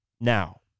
Now